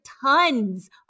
tons